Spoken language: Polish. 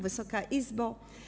Wysoka Izbo!